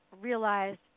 realized